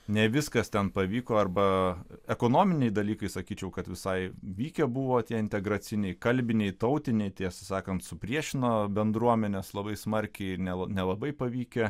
ne viskas ten pavyko arba ekonominiai dalykai sakyčiau kad visai vykę buvo tie integraciniai kalbiniai tautiniai tiesą sakant supriešino bendruomenes labai smarkiai ir ne nelabai pavykę